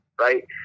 Right